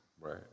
Right